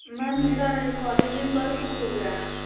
ma'am मेरा college में purse खो गया है